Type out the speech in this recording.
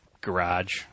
garage